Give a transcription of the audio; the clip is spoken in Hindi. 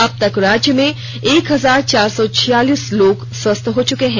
अबतक राज्य में एक हजार चार सौ छियालीस लोग स्वस्थ हो गए हैं